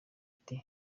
ati